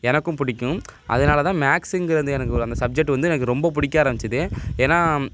எனக்கும் பிடிக்கும் அதனால தான் மேக்ஸுங்கிற வந்து எனக்கு ஒரு அந்த சப்ஜெக்ட் வந்து எனக்கு ரொம்ப பிடிக்க ஆரமிச்சிது ஏன்னா